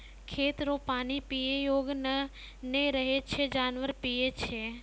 खेत रो पानी पीयै योग्य नै रहै छै जानवर पीयै छै